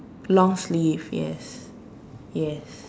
long sleeve yes yes